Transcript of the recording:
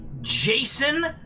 Jason